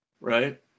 right